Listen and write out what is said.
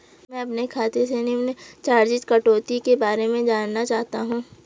मैं अपने खाते से निम्न चार्जिज़ कटौती के बारे में जानना चाहता हूँ?